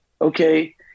okay